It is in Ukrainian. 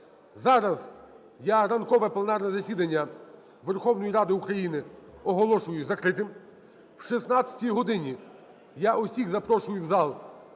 Зараз я ранкове пленарне засідання Верховної Ради України оголошую закритим. О 16 годині я усіх запрошую в зал